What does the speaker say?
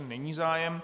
Není zájem.